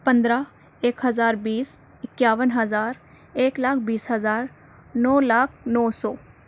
پندرہ ایک ہزار بیس اکیاون ہزار ایک لاکھ بیس ہزار نو لاکھ نو سو